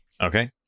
Okay